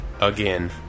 again